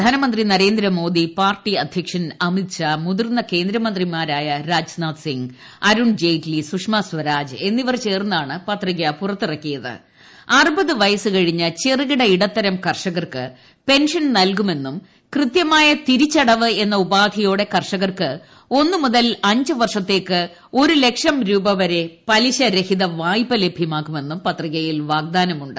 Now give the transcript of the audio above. പ്രധാനമന്ത്രി നരേന്ദ്രമോദിപാർട്ടി അധ്യക്ഷൻ അമിത്ഷാ മുതർന്ന കേന്ദ്രമന്ത്രിമാരായി രാജ്നാഥ് സിംഗ് അരുൺ ജയ്റ്റ്ലി സുഷമസ്വരാജ് എന്നിവർ ചേർന്നാണ് പത്രിക പുറത്തിറക്കിയത് അറുപത് വയസ്സ് കഴിഞ്ഞ ചെറുകിട ഇടത്തരം കർഷകർക്ക് പെൻഷൻ നൽകുമെന്നും കൃത്യമായ തിരിച്ചടവ് എന്ന ഉപാധിയോടെ കർഷകർക്ക് ഒന്നു മുതൽ അഞ്ച് വർഷത്തേക്ക് ഒരു ലക്ഷം രൂപ വരെ പലിശ രഹിത വായ്പ ലഭ്യമാക്കുമെന്നും പത്രിക യിൽ വാഗ്ദാനമുണ്ട്